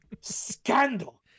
scandal